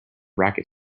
racket